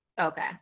Okay